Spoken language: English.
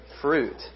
fruit